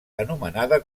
anomenada